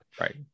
Right